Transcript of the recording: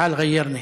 בוא תחליף אותי.)